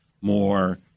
more